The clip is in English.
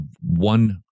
one